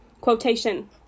quotation